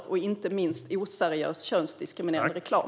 Det gäller inte minst oseriös och könsdiskriminerande reklam.